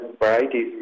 varieties